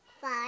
Five